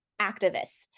activists